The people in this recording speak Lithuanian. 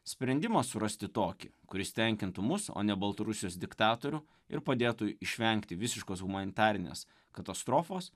sprendimo surasti tokį kuris tenkintų mus o ne baltarusijos diktatorių ir padėtų išvengti visiškos humanitarinės katastrofos